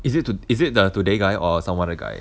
is it to is it the today guy or some other guy